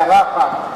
הערה אחת.